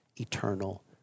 eternal